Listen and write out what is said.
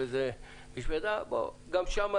גם שם,